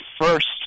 first